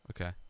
okay